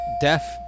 Deaf